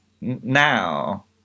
now